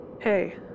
hey